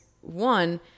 one